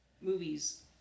movies